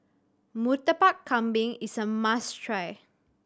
Murtabak Kambing is a must try